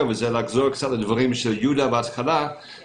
וזה לחזור קצת לדברים של יהודה ומעט לפרט.